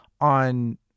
on